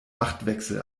machtwechsel